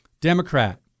Democrat